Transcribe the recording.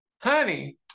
Honey